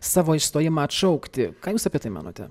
savo išstojimą atšaukti ką jūs apie tai manote